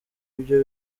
byo